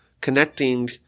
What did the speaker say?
connecting